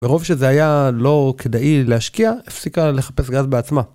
מרוב שזה היה לא כדאי להשקיע, הפסיקה לחפש גז בעצמה.